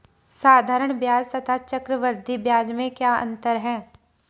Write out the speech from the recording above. साधारण ब्याज तथा चक्रवर्धी ब्याज में क्या अंतर है?